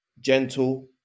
gentle